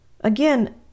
Again